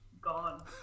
gone